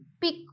pick